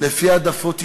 לפי העדפות אישיות.